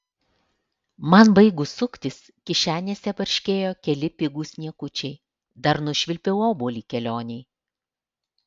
man baigus suktis kišenėse barškėjo keli pigūs niekučiai dar nušvilpiau obuolį kelionei